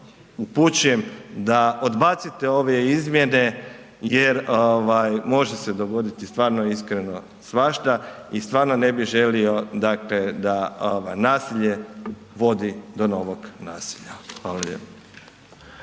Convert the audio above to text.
upućujem da odbacite ove izmjene jer može se dogoditi stvarno iskreno svašta i stvarno ne bih želio da nasilje vodi do novog nasilja. Hvala lijepo.